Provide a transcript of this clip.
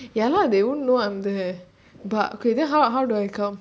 ya lah they won't know I'm there but okay then how how do I come